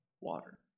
water